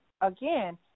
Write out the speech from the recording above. again